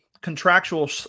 contractual